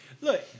look